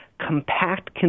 compact